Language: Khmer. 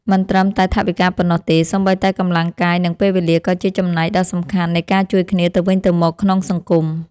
មិនត្រឹមតែថវិកាប៉ុណ្ណោះទេ សូម្បីតែកម្លាំងកាយនិងពេលវេលាក៏ជាចំណែកដ៏សំខាន់នៃការជួយគ្នាទៅវិញទៅមកក្នុងសង្គម។